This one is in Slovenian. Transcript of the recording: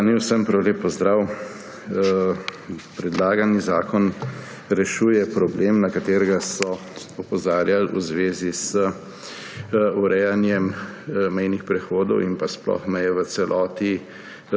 Spoštovani, vsem prav lep pozdrav! Predlagani zakon rešuje problem, na katerega so opozarjali v zvezi z urejanjem mejnih prehodov in nasploh meje v celoti